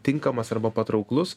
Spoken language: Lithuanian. tinkamas arba patrauklus